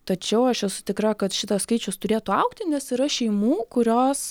tačiau aš esu tikra kad šitas skaičius turėtų augti nes yra šeimų kurios